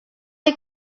you